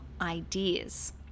ideas